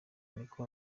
niko